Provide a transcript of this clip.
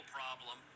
...problem